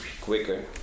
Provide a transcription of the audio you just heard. quicker